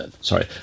sorry